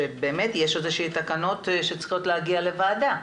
שבאמת יש תקנות שצריכות להגיע לוועדה.